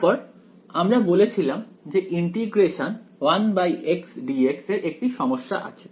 তারপর আমরা বলেছিলাম যে ∫1x dx এর একটি সমস্যা আছে